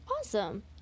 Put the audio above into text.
Awesome